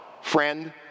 friend